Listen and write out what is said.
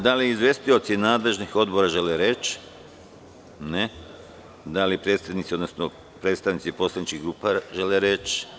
Da li izvestioci nadležnih odbora žele reč? (Ne.) Da li predsednici odnosno predstavnici poslaničkih grupa žele reč?